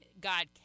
god